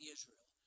Israel